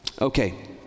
Okay